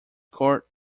court